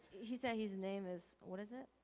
he said his name is, what is it?